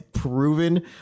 proven